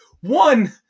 One